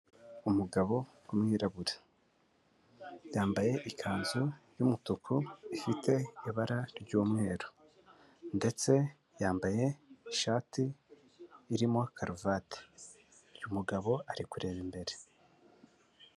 Umugabo w'umwirabura, yambaye ikanzu y'umutuku ifite ibara ry'umweru ndetse yambaye ishati irimo karuvati, uyu mugabo ari kureba imbere.